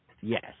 Yes